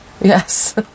Yes